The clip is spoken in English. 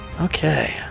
Okay